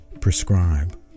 prescribe